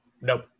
nope